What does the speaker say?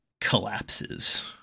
collapses